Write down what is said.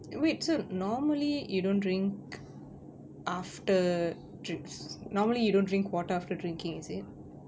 wait so normally you don't drink after drinks~ normally you don't drink water after drinking is it